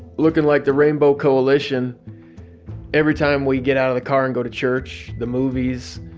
looking like the rainbow coalition every time we get out of the car and go to church, the movies.